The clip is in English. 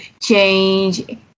change